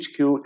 HQ